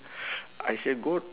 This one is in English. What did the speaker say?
I say good